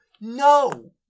No